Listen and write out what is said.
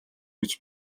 гэж